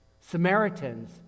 Samaritans